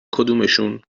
کدومشون